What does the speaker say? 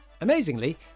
Amazingly